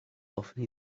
hoffwn